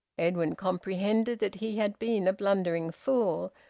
edwin comprehended that he had been a blundering fool,